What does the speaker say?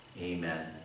amen